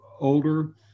older